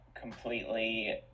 completely